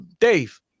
Dave